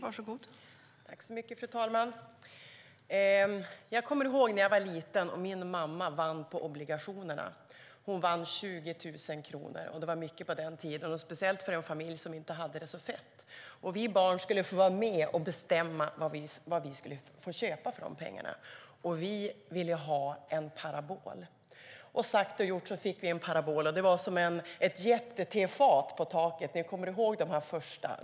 Fru talman! Jag kommer ihåg när min mamma vann på obligationerna när jag var liten. Hon vann 20 000 kronor. Det var mycket på den tiden, speciellt för en familj som inte hade det särskilt fett. Vi barn skulle få vara med och bestämma vad vi skulle köpa för pengarna, och vi ville ha en parabol. Sagt och gjort, vi fick en parabol. Det var som ett jättetefat på taket. Ni kommer väl ihåg de första?